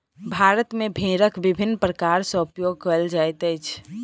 भारत मे भेड़क विभिन्न प्रकार सॅ उपयोग कयल जाइत अछि